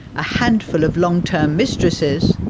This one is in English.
a handful of long-term mistresses,